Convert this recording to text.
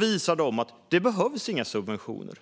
visar de att det inte behövs några subventioner.